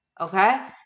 okay